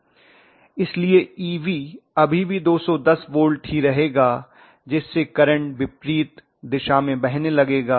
इसलिए Eb अभी भी 210 वोल्ट ही रहेगा जिससे करंट विपरीत दिशा में बहने लगेगा